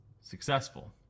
successful